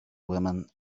women